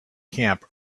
camp